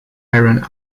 iron